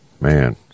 Man